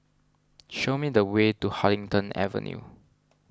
show me the way to Huddington Avenue